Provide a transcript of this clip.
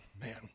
man